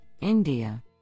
India